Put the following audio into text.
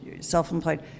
self-employed